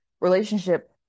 relationship